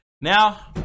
now